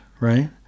right